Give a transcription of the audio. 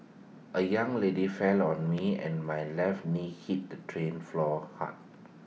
A young lady fell on me and my left knee hit the train floor hard